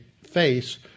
face